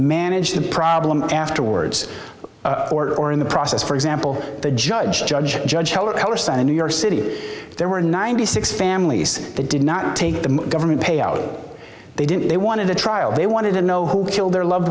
manage the problem afterwards or in the process for example the judge judge judge in new york city there were ninety six families that did not take the government payout they didn't they wanted the trial they wanted to know who killed their loved